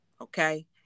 okay